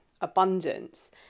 abundance